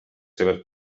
seves